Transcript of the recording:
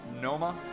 Noma